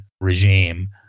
regime